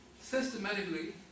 systematically